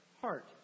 heart